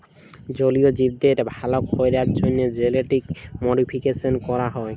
জলীয় জীবদের ভাল ক্যরার জ্যনহে জেলেটিক মডিফিকেশাল ক্যরা হয়